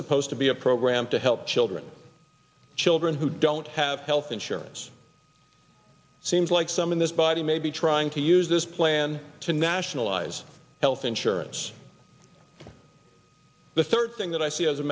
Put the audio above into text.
supposed to be a program to help children children who don't have health insurance seems like some in this body may be trying to use this plan to nationalize health insurance the third thing that i see as a